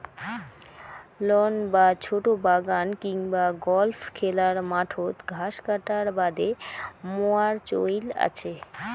loan বা ছোট বাগান কিংবা গল্ফ খেলার মাঠত ঘাস কাটার বাদে মোয়ার চইল আচে